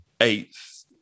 eighth